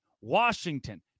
Washington